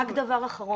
רק דבר אחרון.